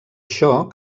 això